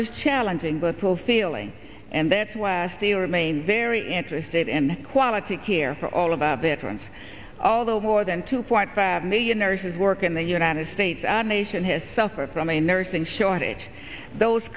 was challenging but fulfilling and that's why i still remain very interested in quality care for all of it once although more than two point five million nurses work in the united states and nation has suffered from a nursing shortage those